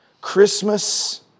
Christmas